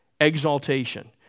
exaltation